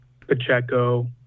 Pacheco